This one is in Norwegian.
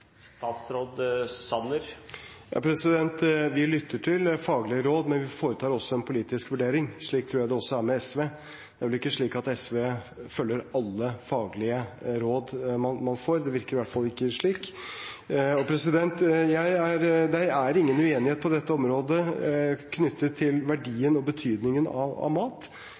Vi lytter til faglige råd, men vi foretar også en politisk vurdering. Slik tror jeg også det er med SV – det er vel ikke slik at SV følger alle faglige råd de får. Det virker i hvert fall ikke slik. Det er ingen uenighet på dette området knyttet til verdien og betydningen av mat,